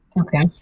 Okay